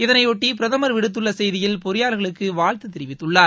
இதனையொட்டி பிரதமர் விடுத்துள்ள செய்தியில் பொறியாளர்களுக்கு வாழ்த்து தெரிவித்துள்ளார்